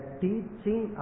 teaching